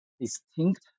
distinct